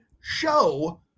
show